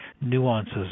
nuances